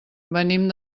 venim